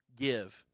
give